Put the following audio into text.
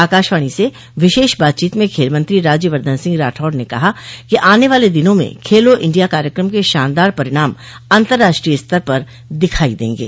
आकाशवाणी से विशेष बातचीत में खेलमंत्री राज्यवर्द्वन सिंह राठौड़ ने कहा कि आने वाले दिनों में खेलो इंडिया कार्यक्रम के शानदार परिणाम अंतर्राष्ट्रीय स्तर पर दिखाई देंगे